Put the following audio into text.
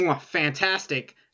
fantastic